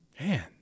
Man